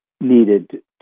needed